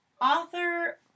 author